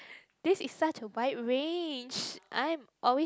this is such a wide range I'm always